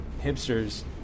hipsters